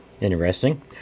Interesting